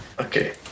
okay